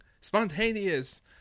spontaneous